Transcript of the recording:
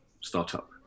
startup